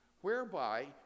whereby